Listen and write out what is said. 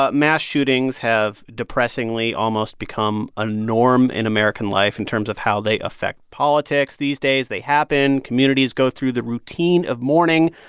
ah mass shootings have depressingly almost become a norm in american life in terms of how they affect politics these days. they happen. communities go through the routine of mourning.